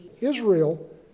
Israel